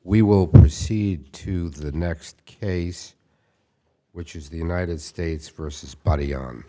we will proceed to the next case which is the united states versus body